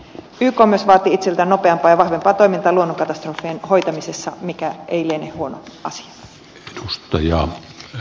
yk myös vaati itseltään nopeampaa ja vahvempaa toimintaa luonnonkatastrofien hoitamisessa mikä ei liene huono asia